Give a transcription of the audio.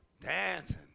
dancing